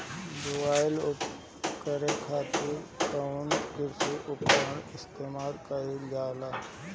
बुआई करे खातिर कउन कृषी उपकरण इस्तेमाल कईल जाला?